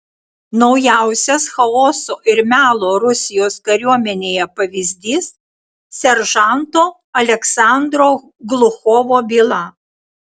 naujausias chaoso ir melo rusijos kariuomenėje pavyzdys seržanto aleksandro gluchovo byla